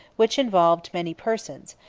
which involved many persons,